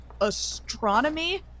astronomy